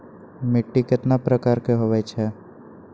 मिट्टी कतना प्रकार के होवैछे?